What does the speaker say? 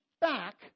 back